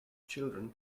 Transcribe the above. children